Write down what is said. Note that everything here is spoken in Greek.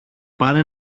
πάνε